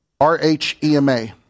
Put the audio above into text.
R-H-E-M-A